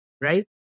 right